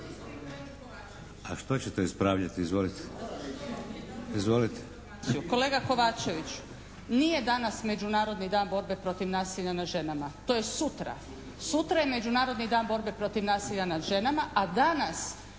A što ćete ispravljati. Izvolite. **Sobol, Gordana (SDP)** Kolega Kovačević, nije danas Međunarodni dan borbe protiv nasilja nad ženama. To je sutra. Sutra je Međunarodni dan borbe protiv nasilja nad ženama, a danas